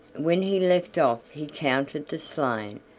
when he left off he counted the slain,